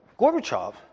Gorbachev